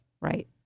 Right